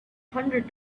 hundred